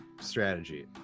strategy